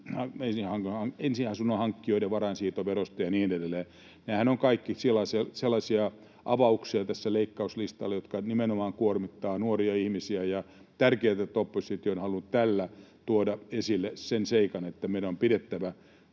ensiasunnon hankkijoiden varainsiirtoverosta ja niin edelleen. Nämähän ovat tässä leikkauslistalla kaikki sellaisia avauksia, jotka nimenomaan kuormittavat nuoria ihmisiä, ja on tärkeätä, että oppositio on halunnut tällä tuoda esille sen seikan, että meidän on pidettävä